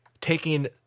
taking